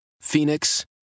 Phoenix